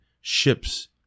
ships